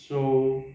so